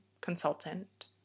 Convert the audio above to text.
consultant